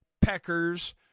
Peckers